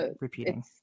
repeating